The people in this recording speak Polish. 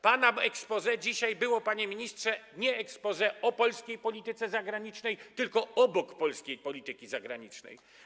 Pana exposé to dzisiaj było, panie ministrze, nie exposé o polskiej polityce zagranicznej, tylko exposé obok polskiej polityki zagranicznej.